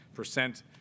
percent